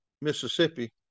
Mississippi